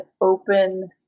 open